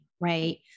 Right